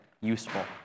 useful